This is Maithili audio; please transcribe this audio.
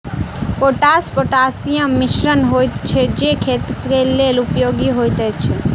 पोटास पोटासियमक मिश्रण होइत छै जे खेतक लेल उपयोगी होइत अछि